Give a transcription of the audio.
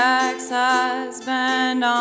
ex-husband